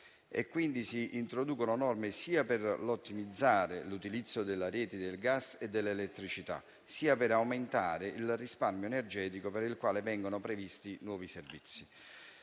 Si introducono quindi norme sia per ottimizzare l'utilizzo della rete del gas e dell'elettricità, sia per aumentare il risparmio energetico per il quale vengono previsti nuovi servizi.